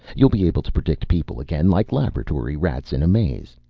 you'll be able to predict people again, like laboratory rats in a maze.